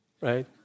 right